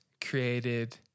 created